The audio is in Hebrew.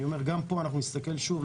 גם פה אנחנו נסתכל שוב,